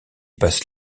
passe